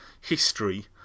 history